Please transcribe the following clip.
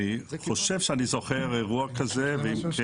אני חושב שאני זוכר אירוע כזה, ואם כן